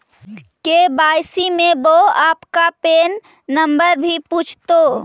KYC में वो आपका पैन नंबर भी पूछतो